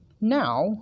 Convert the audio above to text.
Now